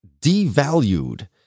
devalued